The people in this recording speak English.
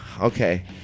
Okay